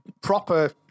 proper